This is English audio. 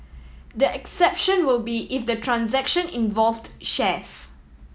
the exception will be if the transaction involved shares